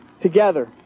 together